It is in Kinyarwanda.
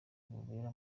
bubera